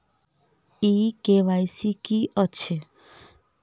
ई KYC की अछि?